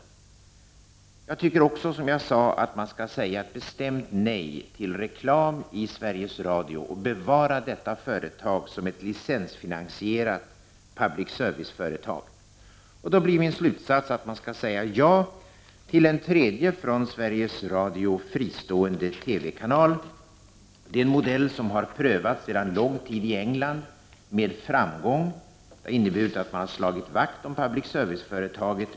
Som jag tidigare har sagt tycker jag att man skall säga ett bestämt nej till reklam i Sveriges Radio och att man skall bevara detta företag som ett licens finansierat public service-företag. Då blir min slutsats att man skall säga ja — Prot. 1989/90:43 till en tredje från Sveriges Radio fristående TV-kanal. Det är en modell som 11 december 1989 med framgång har prövats under lång tid i England. Det har inneburit att: CCC An man har slagit vakt om public service-företaget.